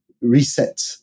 reset